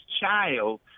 child